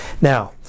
Now